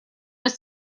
was